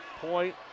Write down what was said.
point